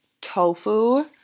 tofu